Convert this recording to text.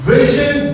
Vision